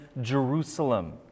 Jerusalem